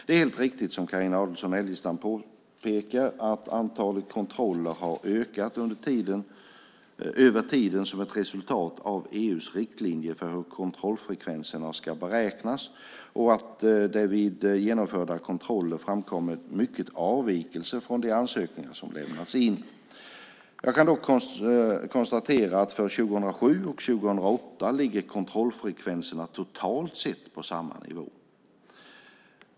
Det är helt riktigt som Carina Adolfsson Elgestam påpekar att antalet kontroller har ökat över tiden som ett resultat av EU:s riktlinjer för hur kontrollfrekvenserna ska beräknas och att det vid genomförda kontroller framkommer mycket avvikelser från de ansökningar som lämnats in. Jag kan dock konstatera att för 2007 och 2008 ligger kontrollfrekvenserna totalt sett på samma nivå.